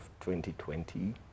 2020